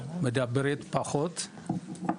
מדברת פחות.